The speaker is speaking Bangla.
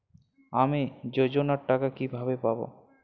আমি যোজনার টাকা কিভাবে পাবো?